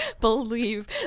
believe